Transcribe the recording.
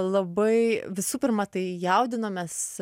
labai visų pirma tai jaudinomės